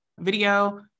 video